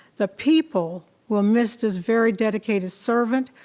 the people will miss this very dedicated servant,